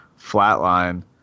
flatline